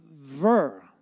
Ver